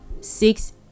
six